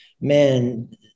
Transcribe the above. man